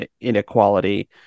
inequality